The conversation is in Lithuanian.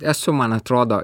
esu man atrodo